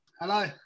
Hello